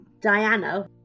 Diana